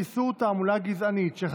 איסור על תעמולה גזענית),